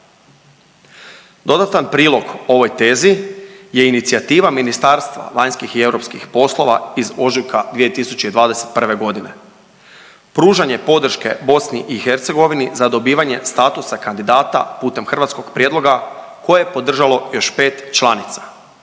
Dodatan prilog ovoj tezi je inicijativa Ministarstva vanjskih i europskih poslova iz ožujka 2021. godine. Pružanje podrške BiH za dobivanje statusa kandidata putem hrvatskog prijedloga koje je podržalo još 5 članica.